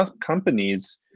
companies